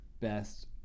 best